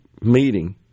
meeting